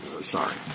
Sorry